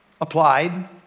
applied